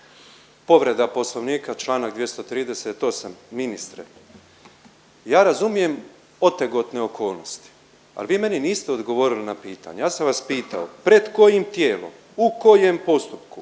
Povreda Poslovnika, čl. 238., ministre, ja razumijem otegotne okolnosti, al vi meni niste odgovorili na pitanje, ja sam vas pitao pred kojim tijelom, u kojem postupku,